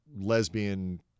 lesbian